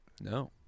No